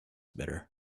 bitter